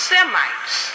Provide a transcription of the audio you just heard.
Semites